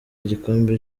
ibikombe